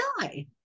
die